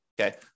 okay